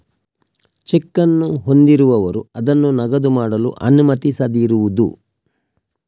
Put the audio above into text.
check ಅನ್ನು ಹೊಂದಿರುವವರು ಅದನ್ನು ನಗದು ಮಾಡಲು ಅನುಮತಿಸದಿರುವುದು